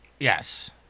Yes